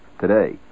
today